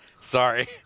sorry